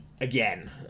again